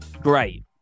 Great